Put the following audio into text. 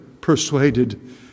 persuaded